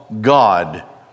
God